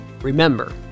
Remember